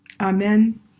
Amen